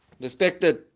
Respected